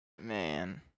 Man